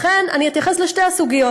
לכן אני אתייחס לשתי הסוגיות,